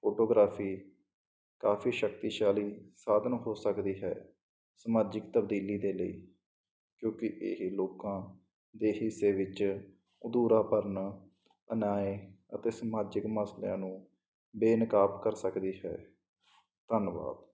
photography ਕਾਫ਼ੀ ਸ਼ਕਤੀਸ਼ਾਲੀ ਸਾਧਨ ਹੋ ਸਕਦੀ ਹੈ ਸਮਾਜਿਕ ਤਬਦੀਲੀ ਦੇ ਲਈ ਕਿਉਂਕਿ ਇਹ ਲੋਕਾਂ ਦੇ ਹਿੱਸੇ ਵਿੱਚ ਅਧੂਰਾਪਨ ਅਨਿਆਏ ਅਤੇ ਸਮਾਜਿਕ ਮਸਲਿਆਂ ਨੂੰ ਬੇਨਕਾਬ ਕਰ ਸਕਦੀ ਹੈ ਧੰਨਵਾਦ